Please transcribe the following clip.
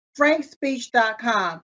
FrankSpeech.com